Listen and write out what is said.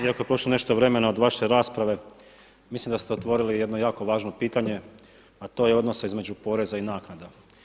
Iako je prošlo nešto vremena od vaše rasprave vi ste otvorili jedno jako važno pitanje, a to je odnosa između poreza i naknada.